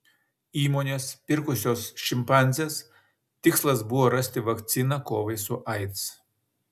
įmonės pirkusios šimpanzes tikslas buvo rasti vakciną kovai su aids